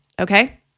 Okay